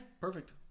perfect